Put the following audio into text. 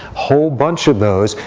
whole bunch of those.